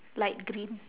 light green